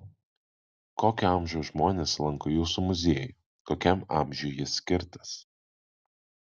kokio amžiaus žmonės lanko jūsų muziejų kokiam amžiui jis skirtas